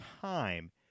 time